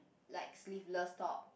like sleeveless top